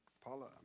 Paula